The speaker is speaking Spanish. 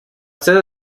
sede